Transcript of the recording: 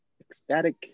ecstatic